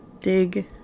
dig